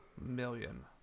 million